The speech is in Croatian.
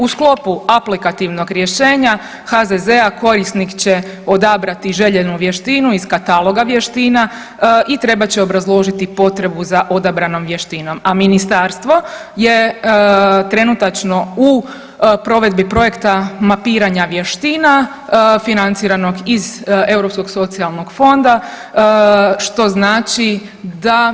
U sklopu aplikativnog rješenja HZZ-a korisnik će odabrati željenu vještinu iz kataloga vještina i trebat će obrazložiti potrebu za odabranom vještinom, a Ministarstvo je trenutačno u provedbi projekta mapiranja vještina financiranog iz Europskog socijalnog fonda što znači da